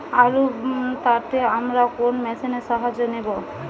আলু তাড়তে আমরা কোন মেশিনের সাহায্য নেব?